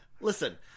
Listen